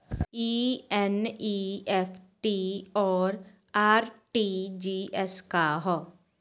ई एन.ई.एफ.टी और आर.टी.जी.एस का ह?